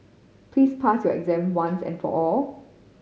please pass your exam once and for all